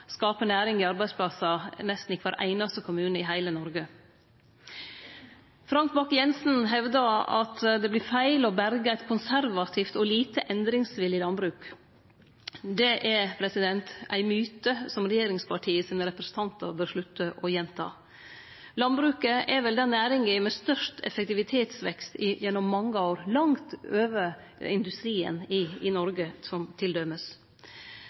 skape næringsliv og arbeidsplassar i nesten kvar einaste kommune i heile Noreg. Frank Bakke-Jensen hevda at det vert feil å berge eit konservativt og lite endringsvillig landbruk. Det er ein myte som regjeringspartia sine representantar bør slutte å gjenta. Landbruket er vel den næringa med størst effektivitetsvekst gjennom mange år – langt over industrien i Noreg